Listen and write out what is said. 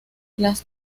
las